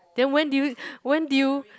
then when did you when did you